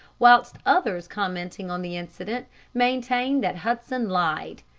whilst others commenting on the incident maintain that hudson lied.